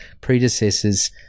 predecessors